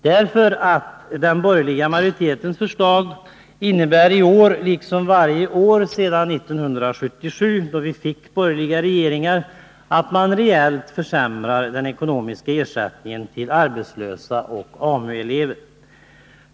Den borgerliga majoritetens förslag innebär nämligen i år liksom varje år sedan 1977, då vi haft borgerliga regeringar, att man reellt försämrar den ekonomiska ersättningen till arbetslösa och AMU-elever.